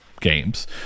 games